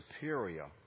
superior